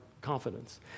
confidence